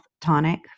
tonic